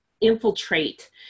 infiltrate